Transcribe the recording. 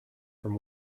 from